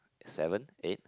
seven eight